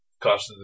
cost